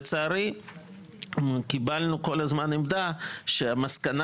אבל לצערי קיבלנו כל הזמן עמדה שהחלטת